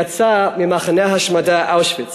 יצאה ממחנה ההשמדה אושוויץ